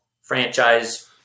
franchise